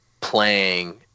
playing